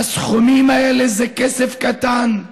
הסכומים האלה זה כסף קטן.